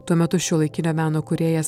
tuo metu šiuolaikinio meno kūrėjas